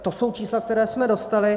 To jsou čísla, která jsme dostali.